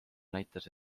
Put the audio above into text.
näitas